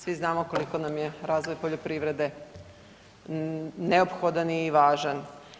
Svi znamo koliko nam je razvoj poljoprivrede neophodan i važan.